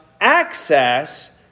access